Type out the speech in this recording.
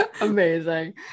Amazing